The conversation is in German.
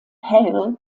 hale